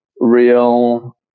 real